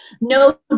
no